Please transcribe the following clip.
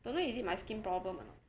don't know is it my skin problem or not